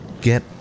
get